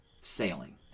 sailing